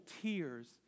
tears